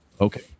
okay